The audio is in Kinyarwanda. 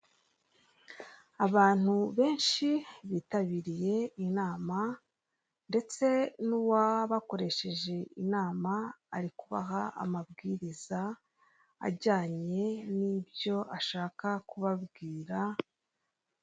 Abantu benshi bitabiriye inama ndetse n'uwabakoresheje inama ari kubaha amabwiriza ajyanye n'ibyo ashaka kubabwira.